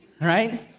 Right